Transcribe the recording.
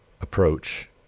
approach